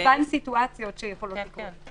יש מגוון סיטואציות שיכולות לקרות.